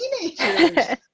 teenagers